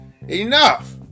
enough